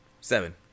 Seven